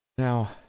Now